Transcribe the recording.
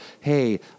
hey